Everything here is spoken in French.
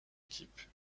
équipe